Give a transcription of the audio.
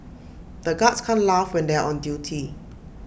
the guards can't laugh when they are on duty